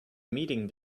meeting